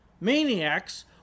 maniacs